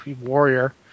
warrior